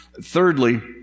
Thirdly